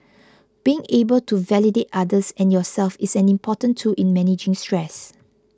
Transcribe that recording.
being able to validate others and yourself is an important tool in managing stress